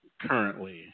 currently